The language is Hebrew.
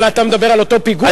אבל אתה מדבר על אותו פיגוע,